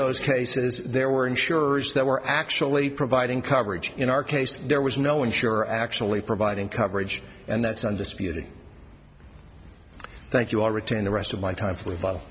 those cases there were insurers that were actually providing coverage in our case there was no insurer actually providing coverage and that's undisputed thank you all written the rest of my time fo